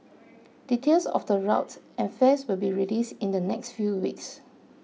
details of the route and fares will be released in the next few weeks